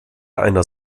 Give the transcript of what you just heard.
einer